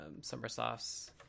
Summersoft's